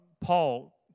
Paul